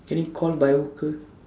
can you call by worker